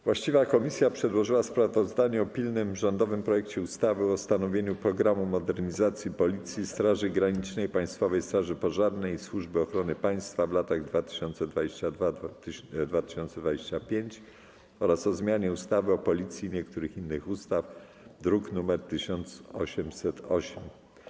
Właściwa komisja przedłożyła sprawozdanie o pilnym rządowym projekcie ustawy o ustanowieniu „Programu modernizacji Policji, Straży Granicznej, Państwowej Straży Pożarnej i Służby Ochrony Państwa w latach 2022-2025” oraz o zmianie ustawy o Policji i niektórych innych ustaw, druk nr 1808.